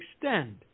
extend